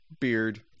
beard